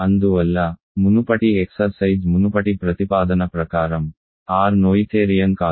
అందువల్ల మునుపటి ఎక్సర్సైజ్ మునుపటి ప్రతిపాదన ప్రకారం R నోయిథేరియన్ కాదు